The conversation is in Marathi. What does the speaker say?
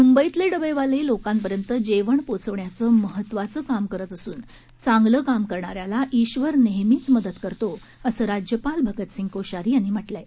मुंबईतले डबेवाले लोकांपर्यंत जेवण पोचवण्याचं महत्वाचं काम करत असून चांगलं काम करणाऱ्याला ईश्वर नेहमीच मदत करतो असं राज्यपाल भगतसिंग कोश्यारी यांनी म्हटलं आहे